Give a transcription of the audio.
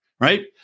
right